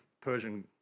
Persian